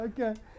Okay